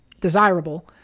desirable